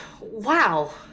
Wow